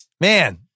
Man